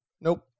nope